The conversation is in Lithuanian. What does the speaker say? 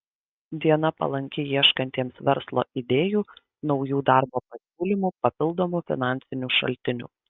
diena palanki ieškantiems verslo idėjų naujų darbo pasiūlymų papildomų finansinių šaltinių